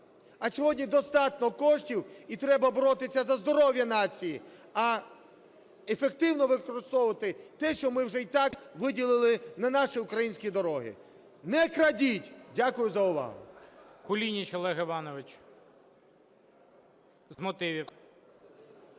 А сьогодні достатньо коштів, і треба боротися за здоров'я нації, а ефективно використовувати те, що ми вже й так виділили на наші українські дороги. Не крадіть! Дякую за увагу.